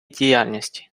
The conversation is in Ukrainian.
діяльності